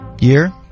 Year